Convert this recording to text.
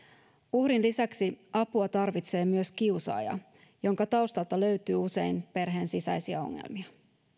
uhrin lisäksi apua tarvitsee myös kiusaaja jonka taustalta löytyy usein perheen sisäisiä ongelmia